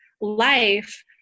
life